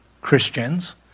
Christians